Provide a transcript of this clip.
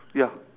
yup